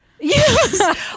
Yes